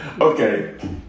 Okay